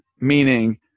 meaning